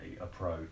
approach